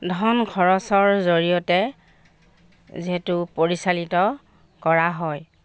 ধন খৰচৰ জৰিয়তে যিহেতু পৰিচালিত কৰা হয়